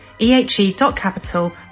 ehe.capital